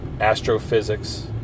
Astrophysics